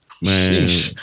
man